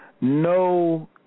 no